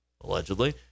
allegedly